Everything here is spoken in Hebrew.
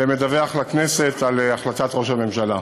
ומדווח לכנסת על החלטת ראש הממשלה.